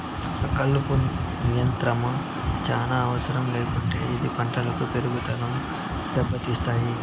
కలుపు నియంత్రణ చానా అవసరం లేకుంటే ఇది పంటల పెరుగుదనను దెబ్బతీస్తాయి